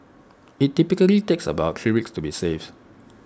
IT typically takes about three weeks to be safe